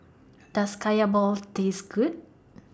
Does Kaya Balls Taste Good